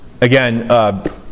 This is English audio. again